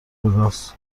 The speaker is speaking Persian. وگاس